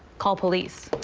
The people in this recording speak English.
call police.